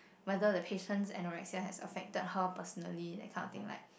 whether the patient's anorexia has affected her personally that kind of thing like